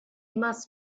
must